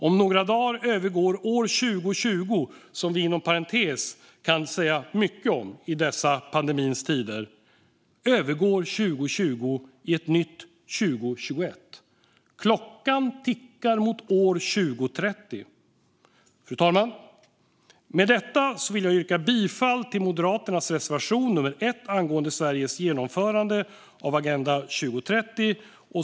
Om några dagar övergår år 2020 - som vi inom parentes kan säga mycket om i dessa pandemins tider - i 2021. Klockan tickar mot år 2030. Fru talman! Med detta vill jag yrka bifall till Moderaternas reservation nummer 1 angående Sveriges genomförande av Agenda 2030.